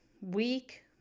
week